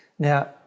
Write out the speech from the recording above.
Now